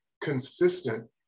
consistent